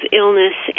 illness